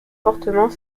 fortement